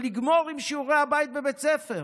ולגמור את שיעורי הבית בבית הספר